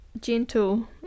gentle